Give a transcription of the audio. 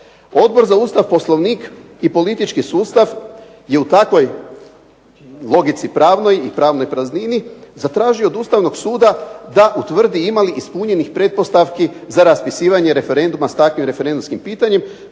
Odbor za Ustav, Poslovnik i politički sustav je u takvoj logici pravnoj i pravnoj praznini zatražio od Ustavnog suda da utvrdi ima li ispunjenih pretpostavki za raspisivanje referenduma s takvim referendumskim pitanjem